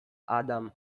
adam